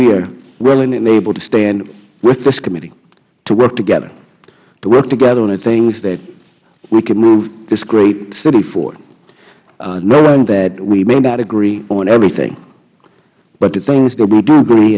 are willing and able to stand with this committee to work together to work together on the things that we can move this great city for knowing that we may not agree on everything but the things that we do agree